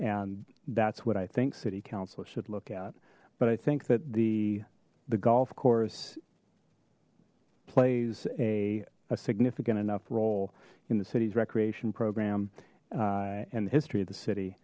and that's what i think city council should look at but i think that the the golf course plays a significant enough role in the city's recreation program and the history of the city